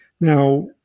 Now